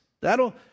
That'll